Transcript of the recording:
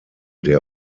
der